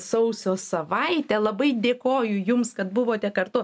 sausio savaitę labai dėkoju jums kad buvote kartu